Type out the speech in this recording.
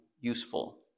useful